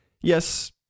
Yes